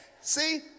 See